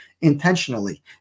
intentionally